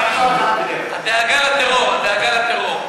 הדאגה לטרור, הדאגה לטרור.